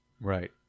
Right